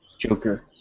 Joker